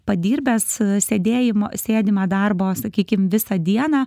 padirbęs sėdėjimo sėdimą darbą sakykim visą dieną